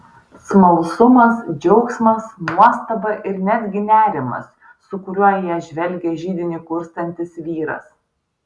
smalsumas džiaugsmas nuostaba ir netgi nerimas su kuriuo į ją žvelgė židinį kurstantis vyras